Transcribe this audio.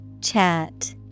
Chat